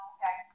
Okay